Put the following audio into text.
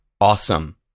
Awesome